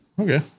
Okay